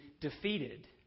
defeated